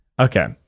Okay